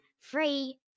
free